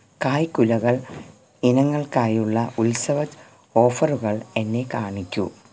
കായ്ക്കുലകൾ ഇനങ്ങൾക്കായുള്ള ഉത്സവച് ഓഫറുകൾ എന്നെ കാണിക്കൂ